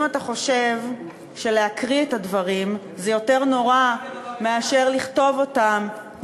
אם אתה חושב שלהקריא את הדברים זה יותר נורא מאשר לכתוב אותם,